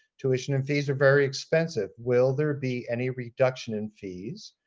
tuition and fees are very expensive. will there be any reduction in fees?